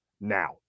now